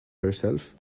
herself